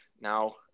Now